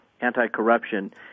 anti-corruption